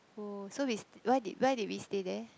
oh so we st~ why did why did we stay there